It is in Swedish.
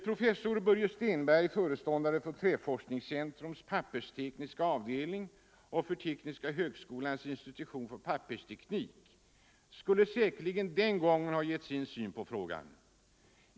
Professor Börje Stenberg, föreståndare för Träforskningscentrums papperstekniska avdelning och för Tekniska högskolans institution för pappersteknik skulle säkerligen den gången ha gett sin syn på frågan.